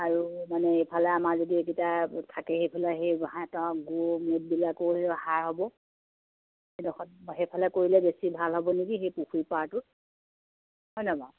আৰু মানে এইফালে আমাৰ যদি এইকেইটা থাকে সেইফালে সিহঁতৰ গু মুত্ৰবিলাকো সেই সাৰ হ'ব সেইডোখৰত সেইফালে কৰিলে বেছি ভাল হ'ব নেকি সেই পুখুৰী পাৰটো হয় নে বাৰু